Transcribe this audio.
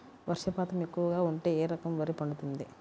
వర్షపాతం ఎక్కువగా ఉంటే ఏ రకం వరి పండుతుంది?